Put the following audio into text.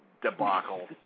Debacle